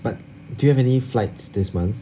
but do you have any flights this month